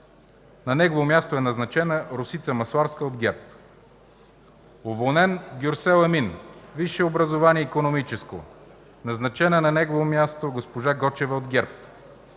на негово място е назначена Росица Масларска от ГЕРБ; - уволнен Гюрсел Емин, висше образование – икономическо, назначена на негово място госпожа Гочева от ГЕРБ;